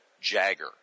Jagger